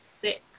Six